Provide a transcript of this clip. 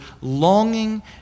longing